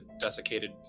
desiccated